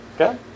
Okay